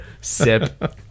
sip